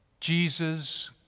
Jesus